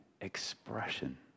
expression